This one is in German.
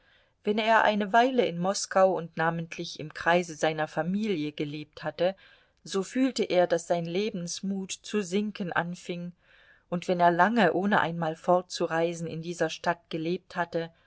wenn er eine weile in moskau und namentlich im kreise seiner familie gelebt hatte so fühlte er daß sein lebensmut zu sinken anfing und wenn er lange ohne einmal fortzureisen in dieser stadt gelebt hatte